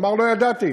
הוא אמר: לא ידעתי.